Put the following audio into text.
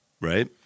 right